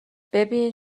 ببین